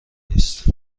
نیست